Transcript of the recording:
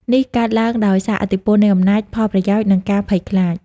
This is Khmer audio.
នេះកើតឡើងដោយសារឥទ្ធិពលនៃអំណាច ផលប្រយោជន៍ និងការភ័យខ្លាច។